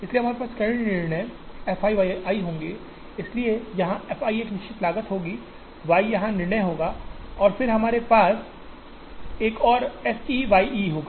इसलिए हमारे पास कई निर्णय f i y i होंगे इसलिए यहां f i एक निश्चित लागत होगी y यहां निर्णय होगा और फिर हमारे पास एक और f e y e होगा